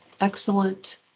excellent